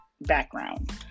background